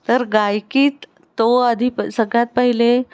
तर गायकित तो आधी प सगळ्यात पहिले